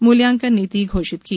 मूल्यांकन नीति घोषित की